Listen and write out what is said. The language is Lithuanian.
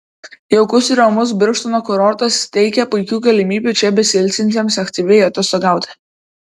jaukus ir ramus birštono kurortas teikia puikių galimybių čia besiilsintiems aktyviai atostogauti